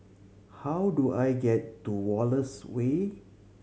how do I get to Wallace Way